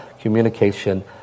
communication